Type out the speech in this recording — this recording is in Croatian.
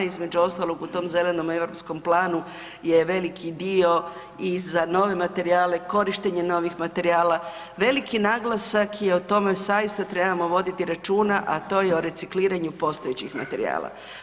Između ostalog u tom Zelenom Europskom Planu je veliki dio i za nove materijale, korištenje novih materijala, veliki naglasak je u tome, zaista trebamo voditi računa, a to o recikliranju postojećih materijala.